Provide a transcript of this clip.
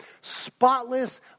spotless